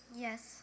Yes